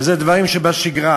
וזה דברים שבשגרה.